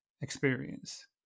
experience